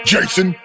Jason